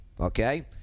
Okay